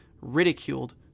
ridiculed